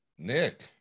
Nick